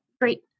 great